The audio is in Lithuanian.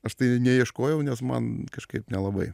aš tai neieškojau nes man kažkaip nelabai